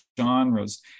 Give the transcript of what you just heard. genres